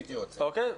בבקשה,